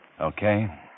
Okay